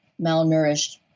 malnourished